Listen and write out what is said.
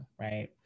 Right